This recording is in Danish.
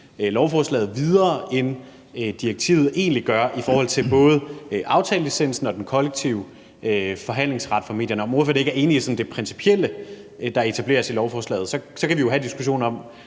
lovforslaget videre, end direktivet egentlig gør, både i forhold til aftalelicensen og den kollektive forhandlingsret for medierne. Er ordføreren ikke enig i sådan det principielle, der etableres i lovforslaget? Så kan vi jo have diskussionen